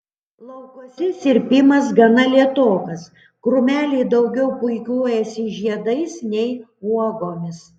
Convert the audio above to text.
laukuose sirpimas gana lėtokas krūmeliai daugiau puikuojasi žiedais nei uogomis